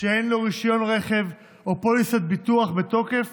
שאין לו רישיון רכב או פוליסת ביטוח בתוקף